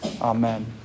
Amen